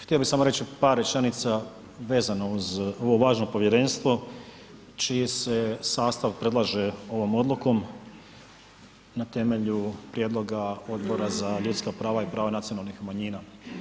Htio bih samo reći par rečenica vezno uz ovo važno povjerenstvo čiji se sastav predlaže ovom odlukom na temelju prijedloga Odbora za ljudska prava i prava nacionalnih manjina.